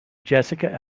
jessica